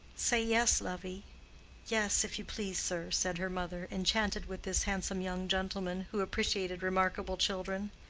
say yes, lovey yes, if you please, sir, said her mother, enchanted with this handsome young gentleman, who appreciated remarkable children.